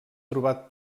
trobat